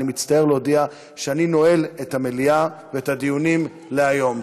אני מצטער להודיע שאני נועל את המליאה ואת הדיונים להיום.